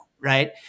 right